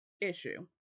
issue